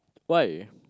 why